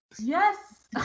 yes